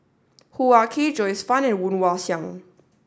Hoo Ah Kay Joyce Fan and Woon Wah Siang